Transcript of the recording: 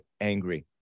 angry